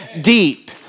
deep